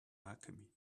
alchemy